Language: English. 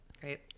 Great